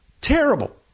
Terrible